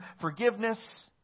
forgiveness